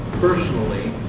personally